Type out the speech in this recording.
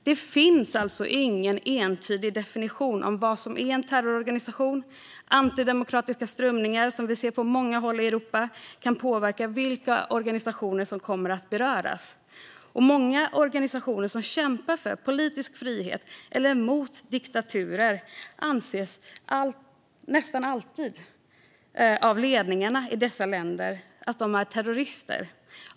Det finns ingen entydig definition av vad en terrororganisation är. Antidemokratiska strömningar, som vi ser på många håll i Europa, kan påverka vilka organisationer som kommer att beröras. Många organisationer som kämpar för politisk frihet eller mot diktaturer anses av sitt lands ledning vara terrorister.